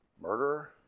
murderer